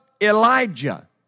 Elijah